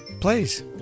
Please